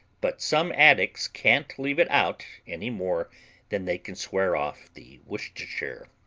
but some addicts can't leave it out any more than they can swear off the worcestershire.